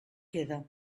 queda